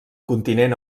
continent